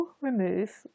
Remove